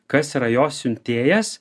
kas yra jos siuntėjas